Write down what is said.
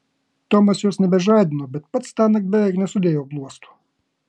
tomas jos nebežadino bet pats tąnakt beveik nesudėjo bluosto